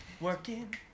Working